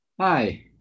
Hi